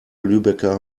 lübecker